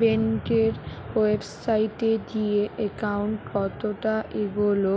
বেংকের ওয়েবসাইটে গিয়ে একাউন্ট কতটা এগোলো